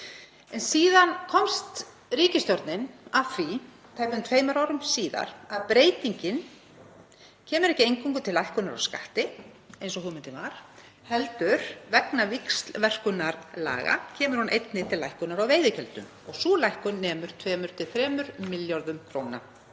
Síðan komst ríkisstjórnin að því tæpum tveimur árum síðar að breytingin kemur ekki eingöngu til lækkunar á skatti eins og hugmyndin var heldur, vegna víxlverkunar laga, kemur hún einnig til lækkunar á veiðigjöldum og sú lækkun nemur 2–3 milljörðum kr.